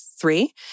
three